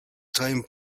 time